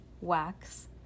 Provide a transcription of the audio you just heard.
wax